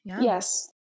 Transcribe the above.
Yes